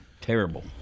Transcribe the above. terrible